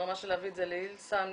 ברמה של להביא את זה לאיל סם,